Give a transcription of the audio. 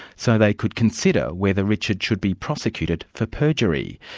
so they could consider whether richard should be prosecuted for perjury.